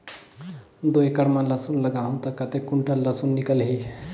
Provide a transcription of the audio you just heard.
दो एकड़ मां लसुन लगाहूं ता कतेक कुंटल लसुन निकल ही?